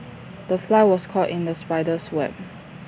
the fly was caught in the spider's web